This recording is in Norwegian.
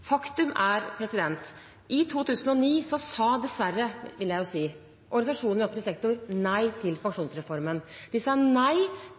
Faktum er: I 2009 sa – dessverre, vil jeg si – organisasjonene i offentlig sektor nei til pensjonsreformen. De sa nei